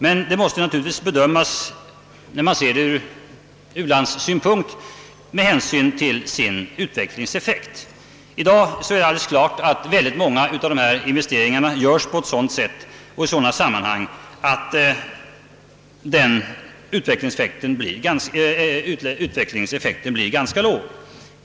Men det måste naturligtvis, om man ser det ur u-landssynpunkt, bedömas med hänsyn till sin utvecklingseffekt. I dag står det alldeles klart att många av dessa investeringar görs på ett sådant sätt och i sådana sammanhang att utvecklingseffekten blir ganska låg.